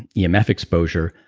yeah emf exposure.